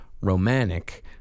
romantic